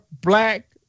Black